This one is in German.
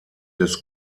des